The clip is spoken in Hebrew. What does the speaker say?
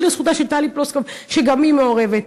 וייאמר לזכותה של טלי פלוסקוב שגם היא מעורבת.